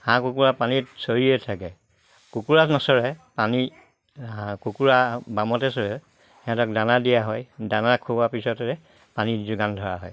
হাঁহ কুকুৰা পানীত চৰিয়ে থাকে কুকুৰা নচৰে পানীত কুকুৰা বামতে চৰে সিহঁতক দানা দিয়া হয় দানা খুওৱাৰ পিছতে পানী যোগান ধৰা হয়